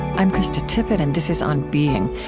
i'm krista tippett and this is on being.